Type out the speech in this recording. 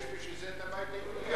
יש בשביל זה הבית היהודי.